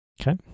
okay